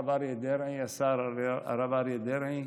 השר הרב אריה דרעי.